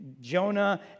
Jonah